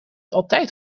altijd